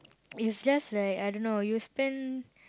it's just like I don't know you spend